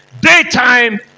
Daytime